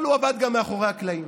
אבל הוא עבד גם מאחורי הקלעים.